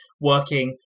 working